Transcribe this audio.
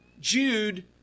Jude